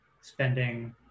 spending